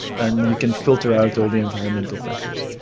and you can filter out all the environmental factors.